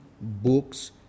books